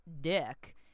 dick